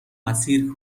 اسیر